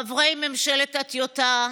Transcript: חברי ממשלת הטיוטה,